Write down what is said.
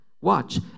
Watch